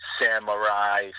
samurai